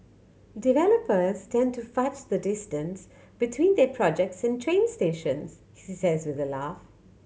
developers tend to fudge the distance between their projects and train stations he says with a laugh